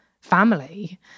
family